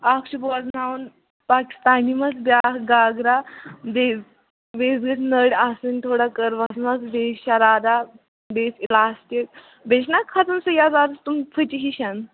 اکھ چھُ بوزناوُن پاکِستانی منٛز بیٛاکھ گاگرا بیٚیہِ بیٚیِس گٔژھۍ نٔرۍ آسٕنۍ تھوڑا کٕروَس منٛز بیٚیہِ شَرارا بییِس اِلاسٹِک بیٚیہِ چھُنا کَھسان سُہ یَزارس تِم فٕچہِ ہِش